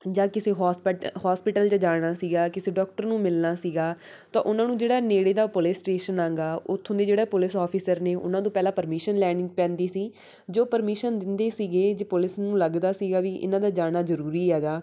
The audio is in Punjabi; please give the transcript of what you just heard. ਜਾਂ ਕਿਸੇ ਹੋਸਪਿਟ ਹੋਸਪਿਟਲ 'ਚ ਜਾਣਾ ਸੀਗਾ ਕਿਸੇ ਡੋਕਟਰ ਨੂੰ ਮਿਲਣਾ ਸੀਗਾ ਤਾਂ ਉਹਨਾਂ ਨੂੰ ਜਿਹੜਾ ਨੇੜੇ ਦਾ ਪੁਲਿਸ ਸਟੇਸ਼ਨ ਹੈਗਾ ਉੱਥੋਂ ਦੇ ਜਿਹੜਾ ਪੁਲਿਸ ਔਫਿਸਰ ਨੇ ਉਹਨਾਂ ਤੋਂ ਪਹਿਲਾਂ ਪਰਮਿਸ਼ਨ ਲੈਣੀ ਪੈਂਦੀ ਸੀ ਜੋ ਪਰਮਿਸ਼ਨ ਦਿੰਦੇ ਸੀਗੇ ਜੇ ਪੁਲਿਸ ਨੂੰ ਲੱਗਦਾ ਸੀਗਾ ਵੀ ਇਹਨਾਂ ਦਾ ਜਾਣਾ ਜ਼ਰੂਰੀ ਹੈਗਾ